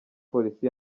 polisi